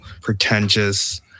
pretentious